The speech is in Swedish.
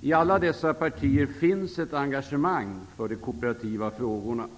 I alla dessa partier finns det ett engagemang för de kooperativa frågorna.